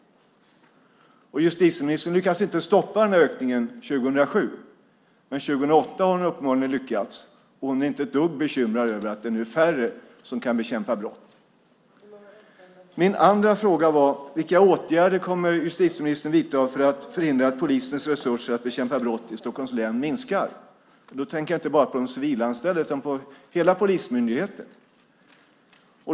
Justitieministern lyckades inte stoppa denna ökning 2007. Men 2008 har hon uppenbarligen lyckats, och hon är inte ett dugg bekymrad över att det nu är färre som kan bekämpa brott. Min andra fråga var: Vilka åtgärder kommer justitieministern att vidta för att förhindra att polisens resurser att bekämpa brott i Stockholms län minskar? Då tänker jag inte bara på de civilanställda utan på hela polismyndigheten.